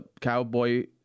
Cowboy